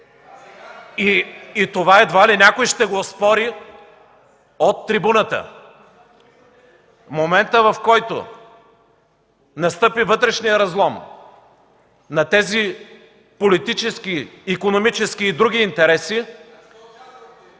Това едва ли някой ще го оспори от трибуната. В момента, в който настъпи вътрешният разлом на тези политически, икономически и други интереси...